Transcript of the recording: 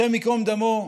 השם ייקום דמו,